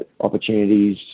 opportunities